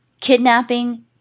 kidnapping